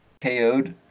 KO'd